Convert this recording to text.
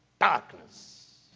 darkness